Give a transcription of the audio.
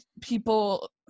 people